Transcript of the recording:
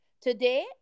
Today